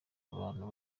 abantu